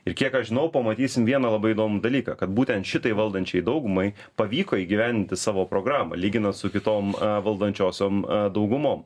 ir kiek aš žinau pamatysim vieną labai įdomų dalyką kad būtent šitai valdančiajai daugumai pavyko įgyvendinti savo programą lyginant su kitom valdančiosiom daugumom